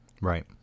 Right